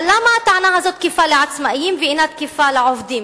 אבל למה הטענה הזאת תקפה לעצמאים ואינה תקיפה לעובדים